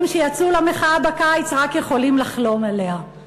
שיצאו למחאה בקיץ רק יכולים לחלום עליה.